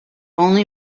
only